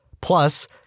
Plus